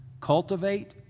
cultivate